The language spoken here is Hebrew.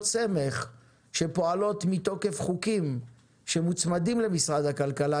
סמך שפועלות מתוקף חוקים שמוצמדים למשרד הכלכלה,